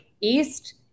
East